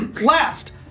Last